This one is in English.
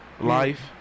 Life